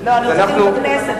דיון בכנסת,